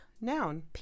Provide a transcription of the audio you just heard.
Noun